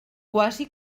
quasi